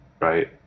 right